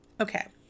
okay